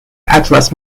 atlas